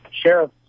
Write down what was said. sheriff